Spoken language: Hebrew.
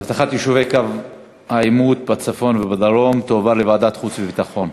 הדיון באבטחת יישובי קו העימות בצפון ובדרום יהיה בוועדת החוץ והביטחון.